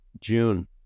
June